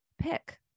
pick